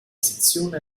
sezione